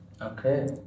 Okay